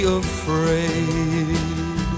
afraid